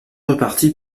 reparti